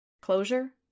Closure